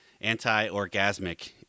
anti-orgasmic